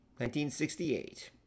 1968